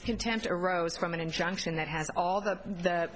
contempt arose from an injunction that has all the